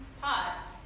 pot